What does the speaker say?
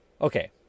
Okay